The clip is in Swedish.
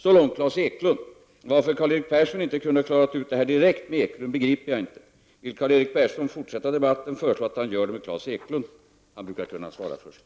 Så långt Klas Eklund. Varför Karl-Erik Persson inte kunde ha klarat ut det här direkt med Eklund begriper jag inte. Vill Karl-Erik Persson fortsätta debatten, föreslår jag att han gör det med Klas Eklund; han brukar kunna svara för sig.